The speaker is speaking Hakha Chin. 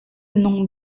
nung